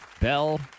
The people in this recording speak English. Bell